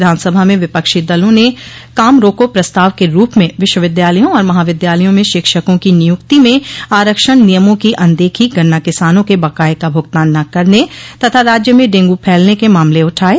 विधानसभा में विपक्षी दलों ने काम रोको प्रस्ताव के रूप में विश्वविद्यालयों और महाविद्यालयों में शिक्षकों को नियुक्ति में आरक्षण नियमों की अनदेखी गन्ना किसानों क बकाये का भुगतान न करने तथा राज्य में डेंगू फैलने के मामले उठाये